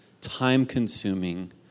time-consuming